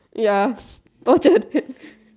ya